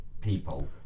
people